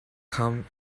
come